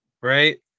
right